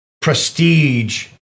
prestige